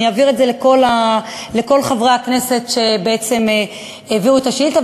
אעביר את זה לכל חברי הכנסת שבעצם הביאו את השאילתה,